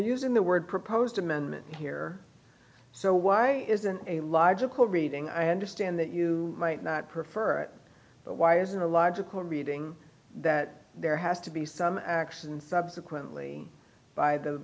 using the word proposed amendment here so why isn't a logical reading i understand that you might not prefer the wires in a logical reading that there has to be some action subsequently by the